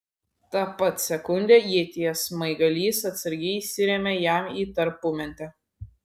tą pat sekundę ieties smaigalys atsargiai įsirėmė jam į tarpumentę